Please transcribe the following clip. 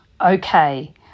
okay